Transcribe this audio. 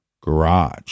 garage